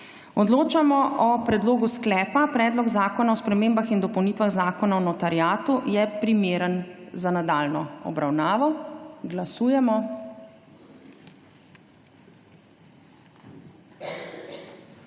naslednjem predlogu sklepa: Predlog zakona o spremembah in dopolnitvah Zakona o štipendiranju je primeren za nadaljnjo obravnavo. Glasujemo.